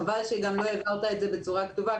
חבל שלא העברת את זה בצורה כתובה,